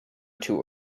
too